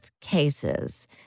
cases